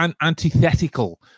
antithetical